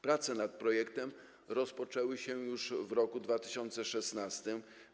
Prace nad projektem rozpoczęły się już w roku 2016.